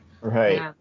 Right